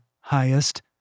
highest